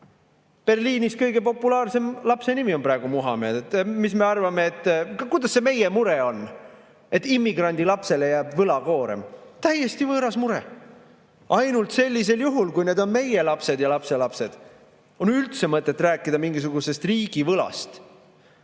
Berliinis kõige populaarsem lapse nimi on praegu Muhamed. Kuidas see meie mure on, et immigrandi lapsele jääb võlakoorem? Täiesti võõras mure. Ainult sellisel juhul, kui need on meie lapsed ja lapselapsed, on üldse mõtet rääkida mingisugusest riigivõlast.